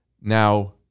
now